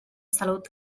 salut